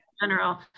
general